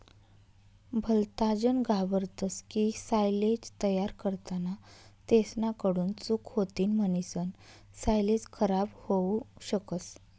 भलताजन घाबरतस की सायलेज तयार करताना तेसना कडून चूक होतीन म्हणीसन सायलेज खराब होवू शकस